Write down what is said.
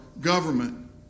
government